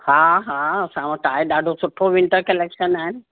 हा हा असां वटि आहे ॾाढो सुठो विंटर कलेक्शन आहिनि